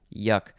Yuck